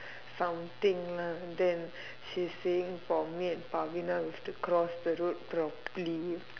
something lah then she saying for me and Pavina we've to cross the road properly